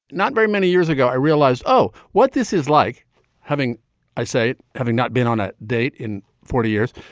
not very many years ago, i realized, oh, what this is like having i say having not been on a date in forty years.